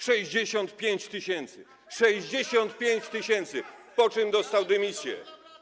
65 tys.! 65 tys., po czym dostał dymisję.